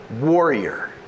warrior